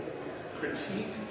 Critique